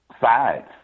sides